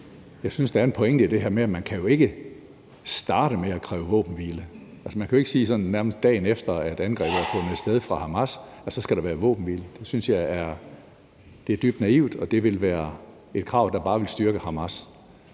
jeg synes, der er en pointe i det her med, at man jo ikke kan starte med at kræve våbenhvile. Altså, man kan jo ikke sige, sådan nærmest dagen efter at angrebet fra Hamas har fundet sted, at der så skal være våbenhvile. Det synes jeg er dybt naivt, og det ville være et krav, der bare ville styrke Hamas.